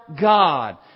God